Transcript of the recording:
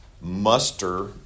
muster